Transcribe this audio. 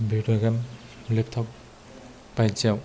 video game laptop बायदिआव